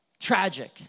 Tragic